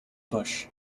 bush